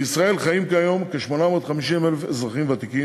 בישראל חיים כיום כ-850,000 אזרחים ותיקים,